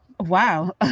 Wow